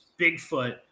Bigfoot